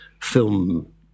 film